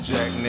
Jack